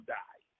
die